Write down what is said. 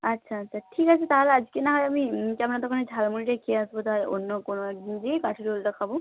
আচ্ছা আচ্ছা ঠিক আছে তাহলে আজকে নাহয় আমি আপনার দোকানের ঝাল মুড়িটাই খেয়ে আসব তা অন্য কোনও একদিন গিয়ে কাঠি রোলটা খাব